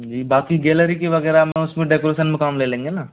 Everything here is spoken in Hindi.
जी बाकी गैलरी की वगैरह में उसमें डेकोरेशन में काम ले लेंगे ना